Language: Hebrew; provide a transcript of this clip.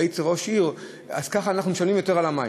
היית ראש עיר, ככה אנחנו משלמים יותר על המים.